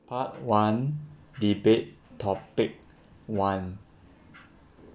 part one debate topic one